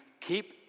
keep